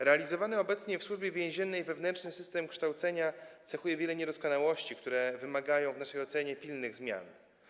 Realizowany obecnie w Służbie Więziennej wewnętrzny system kształcenia cechuje wiele niedoskonałości, które w naszej ocenie wymagają pilnych zmian.